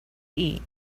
eat